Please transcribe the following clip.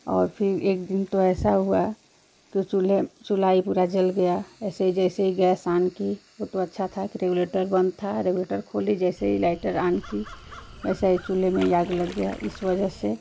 और फिर एक दिन तो ऐसा हुआ कि चूल्हेम चूल्हा ही पूरा जल गया ऐसे ही जैसे गैस आन कि वो तो अच्छा था कि रेगुलेटर बंद था रेगुलेटर खोली जैसे ही लाइटर आन की वैसा ही चूल्हे में ही आग लग गया इस वजह से